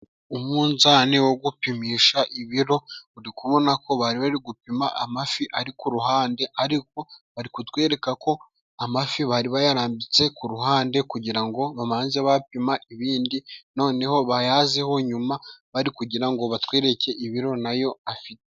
Umunzani wo gupimisha ibiro, uri kubona ko bari bari gupima amafi ari ku ruhande. Ariko bari kutwereka ko amafi bari bayarambitse ku ruhande, kugira ngo bamanze bapima ibindi noneho bayazeho nyuma. Bari kugira ngo batwereke ibiro na yo afite.